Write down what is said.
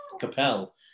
Capel